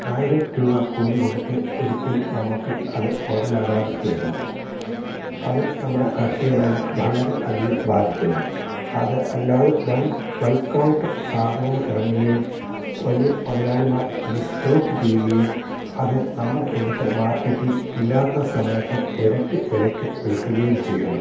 ആയിരം രൂപ കൂലി കൊടുത്ത് ഒരിക്കൽ നമുക്ക് അത് മുതലാകാതെ വരുന്നു അത് നമ്മുടെ കാർഷിക മേഖല വളരെ അധികം ബാധിക്കുന്നു അത് അല്ലാതെ വൻ ബൾക്കായിട്ട് സാധനങ്ങൾ ഇറങ്ങുകയും വലിയ മുതലാളിമാർ അത് സ്റ്റോക്ക് ചെയ്യുകയും അത് നമ്മുടെ ഇവിടുത്തെ മാർക്കറ്റിൽ ഇല്ലാത്ത സമയത്ത് ഇരട്ടി വിലയ്ക്ക് വിൽക്കുകയും ചെയ്യുന്നു